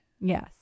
Yes